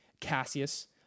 Cassius